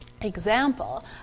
example